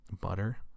butter